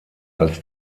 als